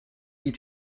you